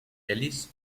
ellis